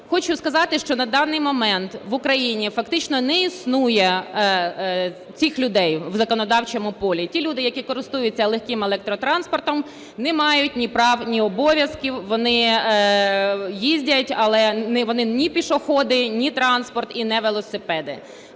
Хочу сказати, що на даний момент в Україні фактично не існує цих людей в законодавчому полі. Ті люди, які користуються легким електротранспортом, не мають ні прав, ні обов'язків, вони їздять, але вони не пішоходи, не транспорт і не велосипеди.